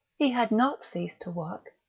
he had not ceased to work.